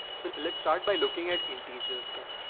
so let's start by looking at in teachers then.